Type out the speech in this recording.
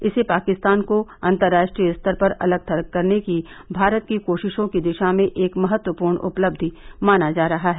इसे पाकिस्तान को अंतर्राष्ट्रीय स्तर पर अलग थलग करने की भारत की कोशिशों की दिशा में एक महत्वपूर्ण उपलब्धि माना जा रहा है